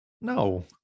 No